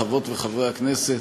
חברות וחברי כנסת,